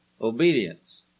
obedience